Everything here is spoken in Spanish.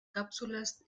cápsulas